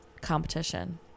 Competition